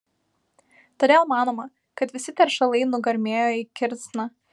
todėl manoma kad visi teršalai nugarmėjo į kirsną